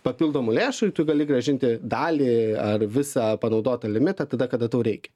papildomų lėšų tu gali grąžinti dalį ar visą panaudotą limitą tada kada tau reikia